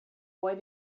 boy